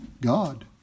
God